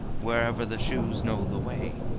wherever the shoes know the way.